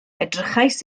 edrychais